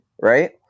right